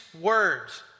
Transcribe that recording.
words